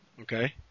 Okay